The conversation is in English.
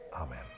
Amen